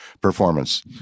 performance